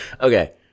Okay